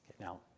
Now